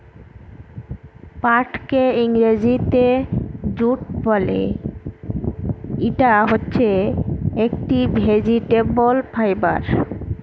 পাটকে ইংরেজিতে জুট বলে, ইটা হচ্ছে একটি ভেজিটেবল ফাইবার